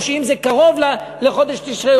ואם זה קרוב לחודש תשרי,